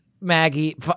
maggie